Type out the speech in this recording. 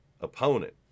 opponent